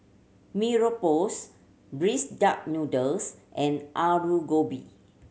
Mee Rebus braised duck noodles and Aloo Gobi